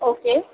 okay